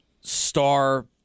star